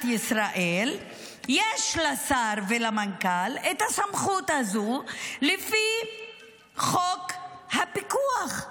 ישראל יש לשר ולמנכ"ל את הסמכות הזאת לפי חוק הפיקוח.